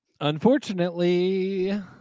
Unfortunately